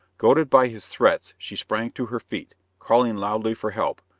goaded by his threats she sprang to her feet, calling loudly for help,